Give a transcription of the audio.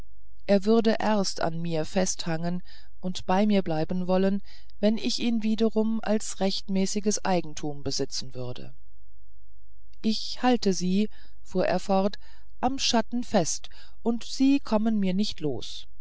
er würde erst an mir festhangen und bei mir bleiben wollen wenn ich ihn wiederum als rechtmäßiges eigentum besitzen würde ich halte sie fuhr er fort am schatten fest und sie kommen mir nicht los